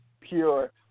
pure